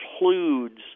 includes